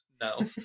No